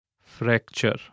Fracture